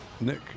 Nick